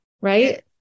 right